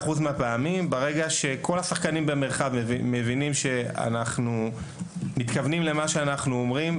ברגע שכל השחקנים במרחב מבינים שאנחנו מתכוונים למה שאנחנו אומרים,